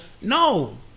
No